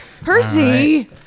Percy